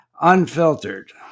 unfiltered